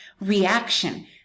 reaction